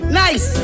nice